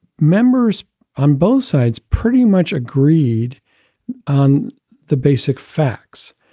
members on both sides pretty much agreed on the basic facts.